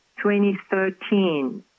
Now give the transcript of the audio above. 2013